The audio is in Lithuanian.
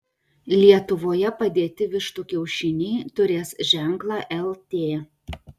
lietuvoje padėti vištų kiaušiniai turės ženklą lt